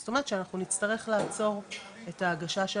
זאת אומרת שאנחנו נצטרך לעצור את ההגשה של